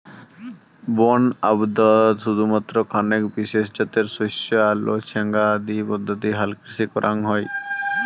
বন আবদত শুধুমাত্র খানেক বিশেষ জাতের শস্য আলো ছ্যাঙা আদি পদ্ধতি হালকৃষি করাং হই